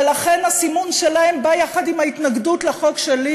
ולכן הסימון שלהם בא יחד עם ההתנגדות לחוק שלי,